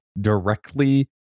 directly